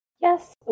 yes